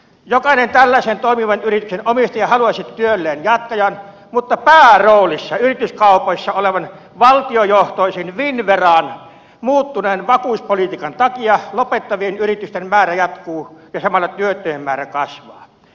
jokainen tällaisen toimivan yrityksen omistaja haluaisi työlleen jatkajan mutta päärooleissa yrityskaupoissa olevan valtiojohtoisen finnveran muuttuneen vakuuspolitiikan takia lopettavien yritysten määrä jatkuu ja samalla työttömien määrä kasvaa